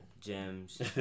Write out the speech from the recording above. Gems